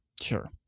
Sure